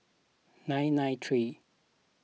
nine nine three